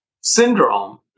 syndrome